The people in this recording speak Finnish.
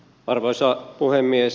arvoisa puhemies